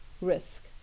risk